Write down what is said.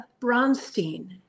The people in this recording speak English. Bronstein